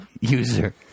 user